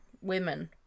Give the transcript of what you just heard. women